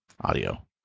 audio